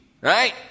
Right